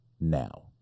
now